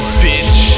bitch